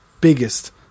biggest